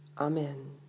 Amen